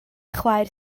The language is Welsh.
chwaer